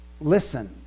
Listen